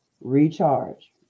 recharge